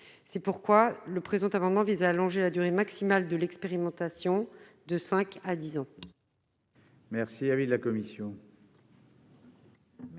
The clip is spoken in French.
c'est pourquoi le présent amendement vise à allonger la durée maximale de l'expérimentation de 5 à 10 ans.